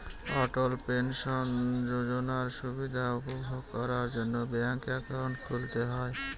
অটল pension যোজনার সুবিধা উপভোগ করার জন্য ব্যাঙ্ক একাউন্ট খুলতে হয়